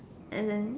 and then